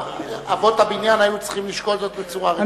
אבות הבניין היו צריכים לשקול זאת בצורה רצינית.